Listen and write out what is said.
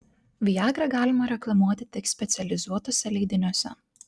viagrą galima reklamuoti tik specializuotuose leidiniuose